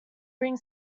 bring